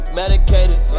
medicated